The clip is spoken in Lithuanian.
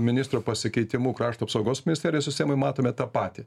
ministro pasikeitimu krašto apsaugos ministerijos sistemoj matome tą patį